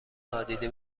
نادیده